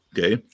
Okay